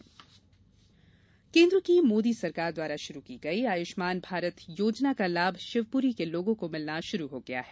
आयुष्मान भारत केंद्र की मोदी सरकार द्वारा शुरू की गई आयुष्मान भारत योजना का लाभ शिवपूरी के लोगों को मिलना शुरू हो गया है